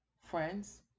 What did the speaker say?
friends